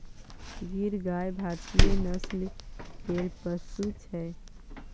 गीर गाय भारतीय नस्ल केर पशु छै